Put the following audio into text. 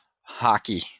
Hockey